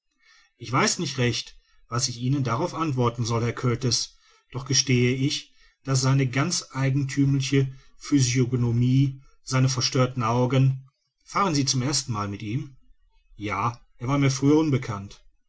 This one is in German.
ich weiß nicht recht was ich ihnen darauf antworten soll herr kurtis doch gestehe ich daß seine ganz eigenthümliche physiognomie seine verstörten augen fahren sie zum ersten male mit ihm ja er war mir früher unbekannt